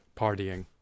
partying